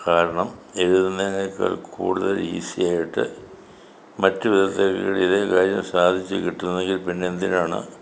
കാരണം എഴുതുന്നതിനേക്കാൾ കൂടുതൽ ഈസിയായിട്ട് മറ്റ് വിധത്തിൽ ഇതേ കാര്യം സാധിച്ച് കിട്ടുന്നെങ്കിൽ പിന്നെന്തിനാണ്